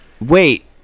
Wait